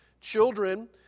Children